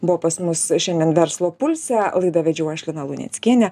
buvo pas mus šiandien verslo pulse laidą vedžiau aš lina luneckienė